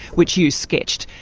which you sketched,